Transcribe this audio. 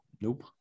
Nope